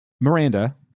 Miranda